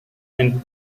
and